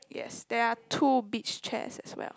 yes there are two beach chairs as well